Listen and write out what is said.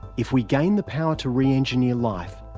if we gain the power to re-engineer life,